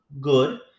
good